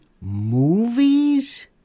movies